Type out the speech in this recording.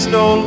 no